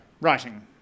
writing